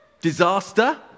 Disaster